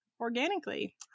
organically